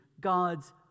God's